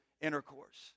intercourse